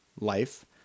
life